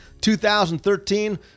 2013